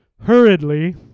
hurriedly